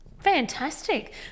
Fantastic